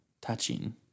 touching